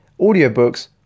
audiobooks